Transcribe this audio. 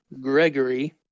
Gregory